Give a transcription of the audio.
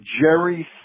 Jerry